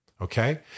Okay